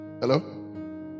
Hello